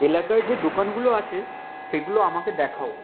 এলাকায় যে দোকানগুলো আছে সেগুলো আমাকে দেখাও